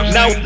Now